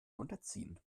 unterziehen